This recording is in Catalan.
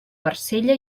barcella